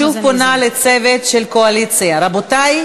אני שוב פונה לצוות של הקואליציה: רבותי,